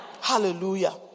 Hallelujah